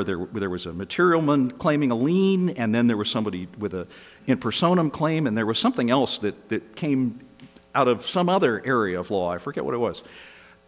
were there was a material man claiming a lien and then there was somebody with a persona claim and there was something else that came out of some other area of law i forget what it was